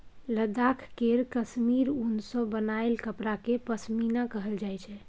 लद्दाख केर काश्मीर उन सँ बनाएल कपड़ा केँ पश्मीना कहल जाइ छै